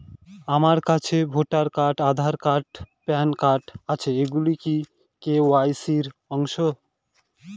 আমার কাছে voter card Aadhaar card PAN card আছে এগুলো কি কে.ওয়াই.সি র অংশ?